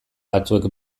batzuek